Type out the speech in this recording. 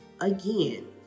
Again